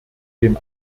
dem